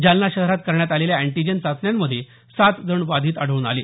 जालना शहरात करण्यात आलेल्या अँटीजेन चाचण्यांमध्ये सात जण बाधित आढळून आले